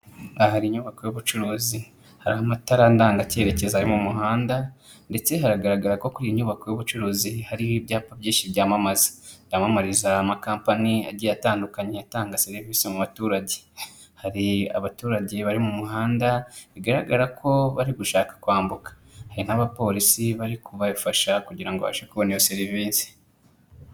Aha hari inyubako y'ubucuruzi, hari amatara ndanga cyerekezo ari mu muhanda ndetse hagaragara ko kuri iyi nyubako y'ubucuruzi hariho ibyapa byinshi byamamaza, byamamarizaya amakampanyi agiye atandukanye atanga serivisi mu baturage. Hari abaturage bari mu muhanda bigaragara ko bari gushaka kwambuka, hari n'abapolisi bari kubafasha kugira ngo babashe kubona iyo serivisi.